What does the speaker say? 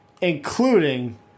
including